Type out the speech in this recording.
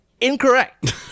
incorrect